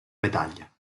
medaglia